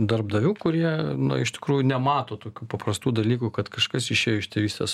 darbdavių kurie iš tikrųjų nemato tokių paprastų dalykų kad kažkas išėjo iš tėvystės